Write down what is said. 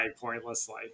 pointlessly